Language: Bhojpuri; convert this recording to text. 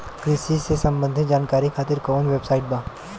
कृषि से संबंधित जानकारी खातिर कवन वेबसाइट बा?